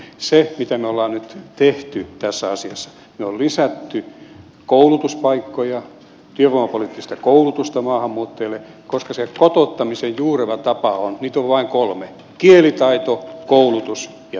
se mitä me olemme nyt tehneet tässä asiassa on että me olemme lisänneet koulutuspaikkoja työvoimapoliittista koulutusta maahanmuuttajille koska se kotouttamisen juureva tapa on niitä on vain kolme kielitaito koulutus ja työ